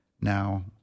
now